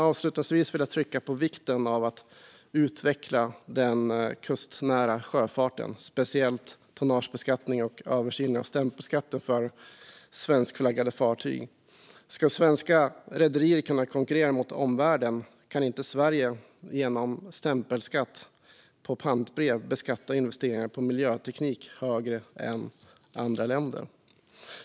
Avslutningsvis vill jag trycka på vikten av att utveckla den kustnära sjöfarten, speciellt tonnagebeskattning och översyn av stämpelskatten för svenskflaggade fartyg. Om svenska rederier konkurrerar mot omvärlden kan inte Sverige genom stämpelskatt på pantbrev beskatta investeringar på miljöteknik högre än andra länder.